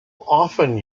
often